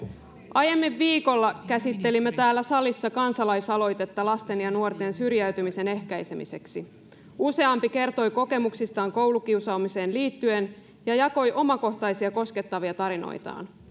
aiemmin viikolla käsittelimme täällä salissa kansalaisaloitetta lasten ja nuorten syrjäytymisen ehkäisemiseksi useampi kertoi kokemuksistaan koulukiusaamiseen liittyen ja jakoi omakohtaisia koskettavia tarinoitaan